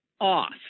off